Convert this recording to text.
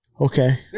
Okay